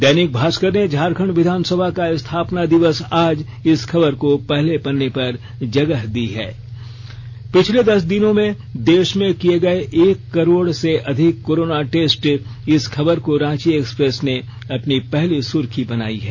दैनिक भास्कर ने झारखंड विधानसभा का स्थापना दिवस आज इस खबर को पहले पन्ने पर जगह दी है पिछले दस दिनों में देश में किए गए एक करोड़ से अधिक कोरोना टेस्ट इस खबर को रांची एक्सप्रेस ने अपनी पहली सुर्खी बनायी है